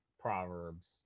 proverbs